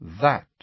That